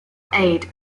aid